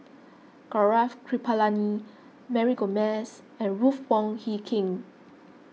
Gaurav Kripalani Mary Gomes and Ruth Wong Hie King